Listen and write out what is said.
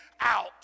out